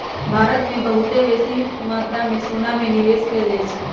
भारत में बहुते बेशी मत्रा में सोना में निवेश कएल जाइ छइ